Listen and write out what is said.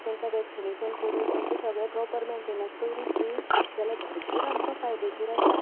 तांकां वॅक्सिनेशन करून तांचें सगळें प्रोपर मॅन्टेनन्स दवरीत न्ही जाल्यार भरपूर आमकां फायदेशीर आसा